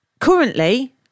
Currently